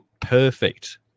perfect